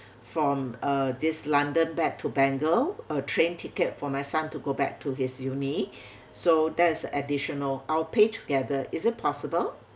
from uh this london back to bengal uh train tickets for my son to go back to his uni so that's additional I'll pay together is it possible